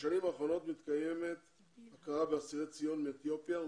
בשנים האחרונות מתקיימת הכרה באסירי ציון מאתיופיה ומסודן,